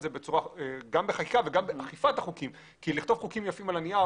זה גם בחקיקה וגם באכיפת החוקים כי לכתוב חוקים יפים על הנייר,